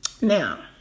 Now